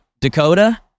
Dakota